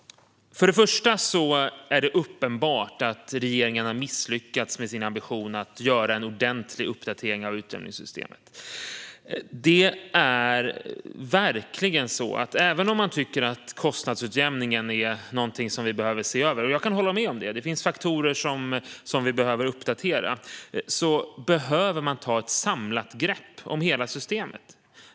Först och främst är det uppenbart att regeringen har misslyckats med sin ambition att göra en ordentlig uppdatering av utjämningssystemet. Det är verkligen så. Även om man tycker att kostnadsutjämningen behöver ses över - jag kan hålla med om det; det finns faktorer som vi behöver uppdatera - behöver man ta ett samlat grepp om hela systemet.